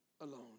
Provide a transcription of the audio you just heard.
alone